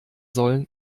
sollen